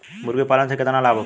मुर्गीपालन से केतना लाभ होखे?